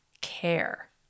care